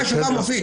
חה"כ מופיד